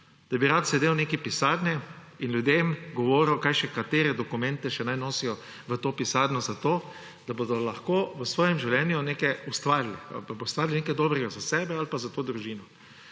Da bi rad sedel v neki pisarni in ljudem govoril, katere dokumente še naj nosijo v to pisarno, zato da bodo lahko v svojem življenju nekaj ustvarili ali pa ustvarili nekaj za sebe ali pa za to družino.